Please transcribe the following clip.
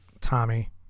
Tommy